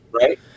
Right